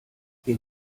den